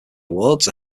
awards